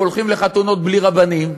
הם הולכים לחתונות בלי רבנים.